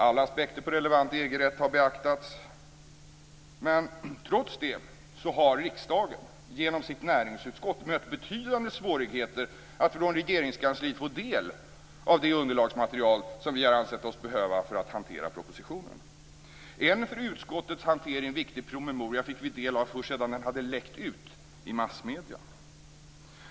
Alla aspekter på relevant EG-rätt har beaktats. Trots det har riksdagen genom sitt näringsutskott mött betydande svårigheter när det gällt att från Regeringskansliet få ut det underlagsmaterial som vi har ansett oss behöva för att hantera propositionen. En för utskottets hantering viktig promemoria fick vi del av först sedan den hade läckt ut i massmedierna.